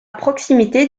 proximité